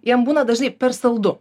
jiem būna dažnai per saldu